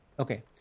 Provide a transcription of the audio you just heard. Okay